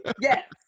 yes